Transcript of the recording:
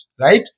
right